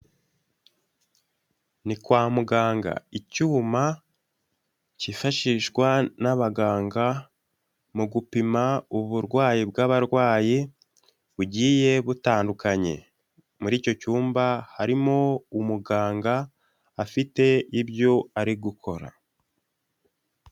Ni kwa muganga, icyuma cyifashishwa n'abaganga mu gupima uburwayi bw'abarwayi bugiye butandukanye. Muri icyo cyumba harimo umuganga, afite ibyo ari gukora.